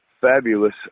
fabulous